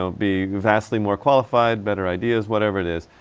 so be vastly more qualified, better ideas, whatever it is.